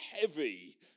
heavy